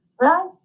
right